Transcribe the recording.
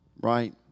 right